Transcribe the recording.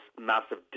massive